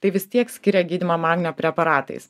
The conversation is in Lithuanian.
tai vis tiek skiria gydymą magnio preparatais